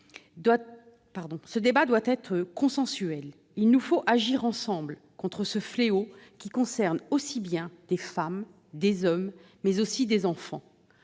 Ce débat doit être consensuel. Il nous faut agir ensemble contre ce fléau qui frappe aussi bien des femmes et des hommes que des enfants.